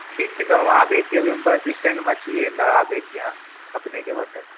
ठीक छै तब हम अभी आबै छी हम अभी बस स्टैंड मे छी तऽ आबै छी अपने घर तक